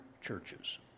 churches